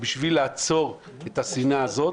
בשביל לעצור את השנאה הזאת